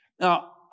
Now